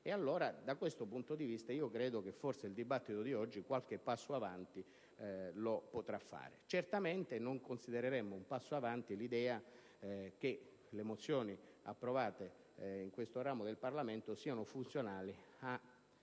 da questo punto di vista forse il dibattito di oggi qualche passo avanti lo possa fare. Certamente, non considereremo un passo avanti l'idea che le mozioni approvate da questo ramo del Parlamento siano funzionali a